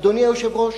אדוני היושב-ראש,